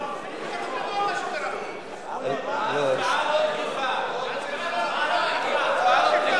אני אבקש לראות בהצבעה הצבעת אי-אמון לפי הנוסח